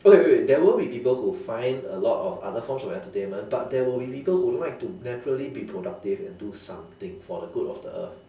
oh wait wait there will be people who find a lot of other forms of entertainment but there will be people who like to naturally be productive and do something for the good of the earth